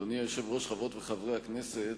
אדוני היושב-ראש, חברות וחברי הכנסת,